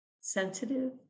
sensitive